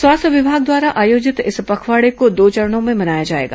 स्वास्थ्य विभाग द्वारा आयोजित इस पखवाड़े को दो चरणों में मनाया जाएगा